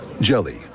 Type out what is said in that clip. Jelly